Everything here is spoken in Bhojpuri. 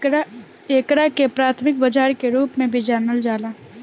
एकरा के प्राथमिक बाजार के रूप में भी जानल जाला